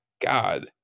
God